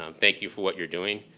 um thank you for what you're doing.